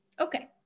Okay